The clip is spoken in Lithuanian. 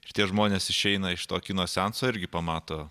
ir tie žmonės išeina iš to kino seanso irgi pamato